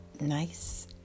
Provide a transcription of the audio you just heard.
nice